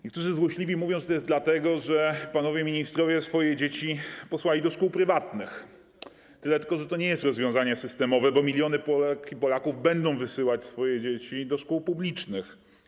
Niektórzy złośliwi mówią, że to dlatego, że panowie ministrowie posłali swoje dzieci do szkół prywatnych, tylko że to nie jest rozwiązanie systemowe, bo miliony Polek i Polaków będą wysyłać swoje dzieci do szkół publicznych.